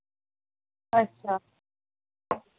अच्छा